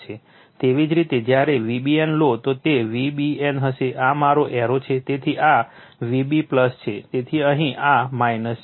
એવી જ રીતે જ્યારે Vbn લો તો તે Vbn હશે આ મારો એરો છે તેથી આ Vb છે તેથી અહીં આ છે